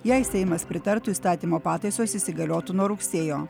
jei seimas pritartų įstatymo pataisos įsigaliotų nuo rugsėjo